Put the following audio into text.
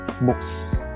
books